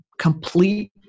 complete